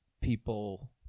people